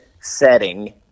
setting